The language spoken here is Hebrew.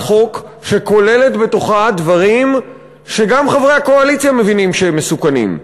חוק שכוללת בתוכה דברים שגם חברי הקואליציה מבינים שהם מסוכנים.